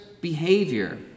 behavior